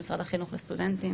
כן,